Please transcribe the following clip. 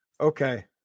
Okay